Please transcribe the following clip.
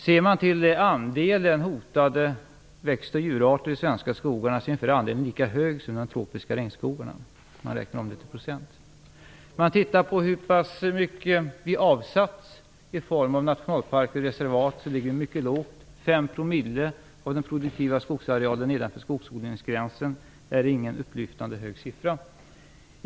Ser man till andelen hotade växt och djurarter i de svenska skogarna så är andelen ungefär lika hög som i de tropiska regnskogarna, omräknat i procent. Om man tittar på hur mycket vi har avsatt i form av nationalparker och reservat ser man att vi ligger mycket lågt: 5 promille av den produktiva skogsarealen nedanför skogsodlingsgränsen är ingen upplyftande hög siffra.